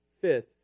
Fifth